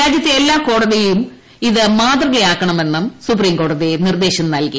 രാജ്യത്തെ എല്ലാ കോടതിയിലും ഇത് മാതൃകയാക്കണമെന്ന് സുപ്രിംകോടതി നിർദ്ദേശം നൽകി